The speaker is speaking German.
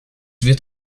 wird